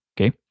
okay